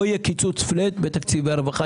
לא יהיה קיצוץ פלט בתקציבי הרווחה.